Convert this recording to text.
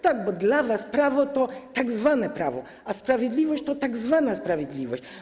Tak, bo dla was prawo to tzw. prawo, a sprawiedliwość to tzw. sprawiedliwość.